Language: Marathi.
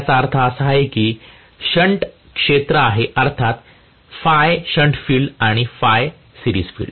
माझ्या म्हणण्याचा अर्थ असा आहे की हे एक शण्ट क्षेत्र आहेअर्थात ɸShuntField आणि ɸseriesfield